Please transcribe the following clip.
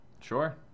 Sure